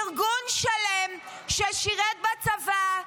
ארגון שלם ששירת בצבא,